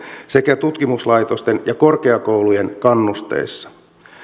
sekä tutkimuslaitosten ja korkeakorkeakoulujen kannusteissa huomioon